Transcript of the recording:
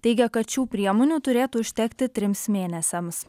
teigia kad šių priemonių turėtų užtekti trims mėnesiams